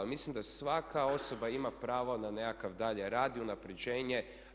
Mislim da svaka osoba ima pravo na nekakav dalji rad i unapređenje.